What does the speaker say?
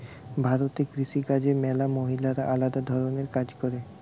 ভারতে কৃষি কাজে ম্যালা মহিলারা আলদা ধরণের কাজ করে